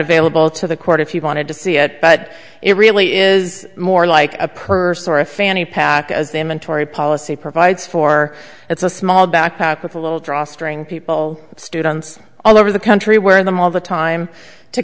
available to the court if you wanted to see it but it really is more like a purse or a fanny pack as the inventory policy provides for it's a small backpack with a little drawstring people students all over the country wearing them all the time to